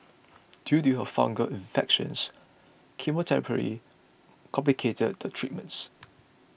due to her fungal infections chemotherapy complicates the treatments